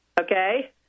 Okay